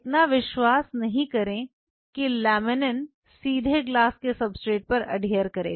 इतना विश्वास नहीं करें कि लेमिनिन सीधे ग्लास के सब्सट्रेट पर अडहियर करेगा